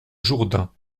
jourdain